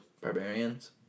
barbarians